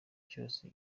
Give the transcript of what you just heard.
cyose